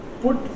put